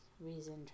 reason